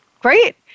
Great